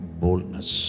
boldness